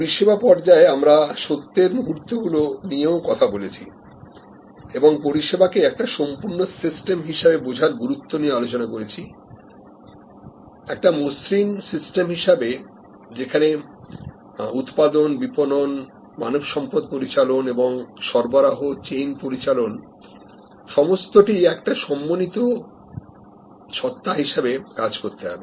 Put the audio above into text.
পরিষেবা পর্যায়ে আমরা সত্যের মুহূর্তগুলো নিয়েও কথা বলেছি এবং পরিষেবা কে একটা সম্পূর্ণ সিস্টেম হিসাবে বোঝার গুরুত্ব নিয়ে আলোচনা করেছি একটা মসৃণ সিস্টেম হিসাবে যেখানে উৎপাদন বিপণন মানবসম্পদ পরিচালন এবং সরবরাহ চেইন পরিচালন সমস্ত একটা সমন্বিত সত্তা হিসেবে কাজ করতে হবে